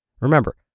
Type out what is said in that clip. Remember